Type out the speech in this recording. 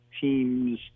team's